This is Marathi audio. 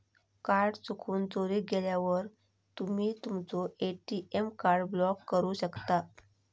कार्ड चुकून, चोरीक गेल्यावर तुम्ही तुमचो ए.टी.एम कार्ड ब्लॉक करू शकता